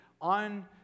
on